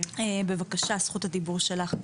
בבקשה, זכות הדיבור שלך.